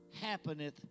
happeneth